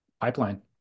pipeline